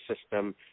system